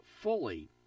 fully